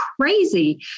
crazy